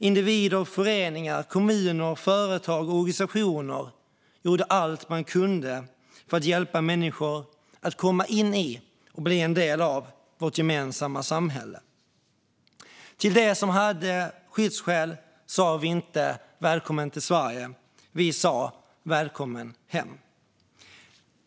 Individer, föreningar, kommuner, företag och organisationer gjorde allt de kunde för att hjälpa människor att komma in i och bli en del av vårt gemensamma samhälle. Till dem som hade skyddsskäl sa vi inte: Välkommen till Sverige! Vi sa: Välkommen hem!